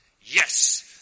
Yes